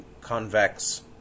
convex